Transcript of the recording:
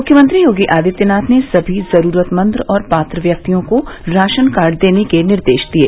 मुख्यमंत्री योगी आदित्यनाथ ने सभी जरूरतमंद और पात्र व्यक्तियों को राशन कार्ड देने के निर्देश दिये